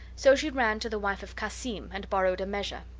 so she ran to the wife of cassim and borrowed a measure.